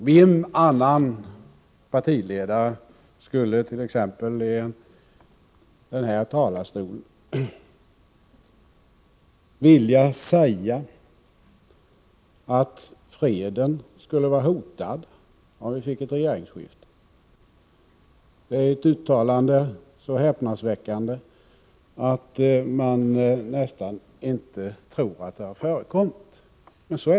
Vilken annan partiledare skulle t.ex. i den Sores här talarstolen vilja säga att freden skulle vara hotad om vi fick ett regeringsskifte? Det är ett så häpnadsväckande uttalande att man nästan inte Granskning av tror att det har förekommit, men så är det.